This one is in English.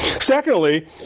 Secondly